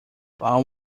bow